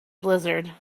blizzard